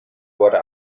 wurde